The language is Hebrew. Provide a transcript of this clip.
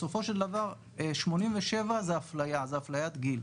בסופו של דבר 87 זה אפליית גיל.